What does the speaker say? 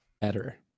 better